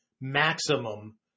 maximum